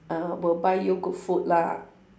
uh will buy you good food lah